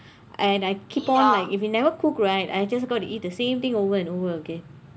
and I keep on like if you never cook right I just gonna to eat the same thing over and over again